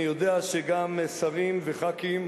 אני יודע שגם שרים וחברי כנסת,